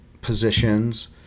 positions